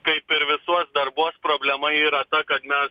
kaip ir visuos darbuos problema yra ta kad mes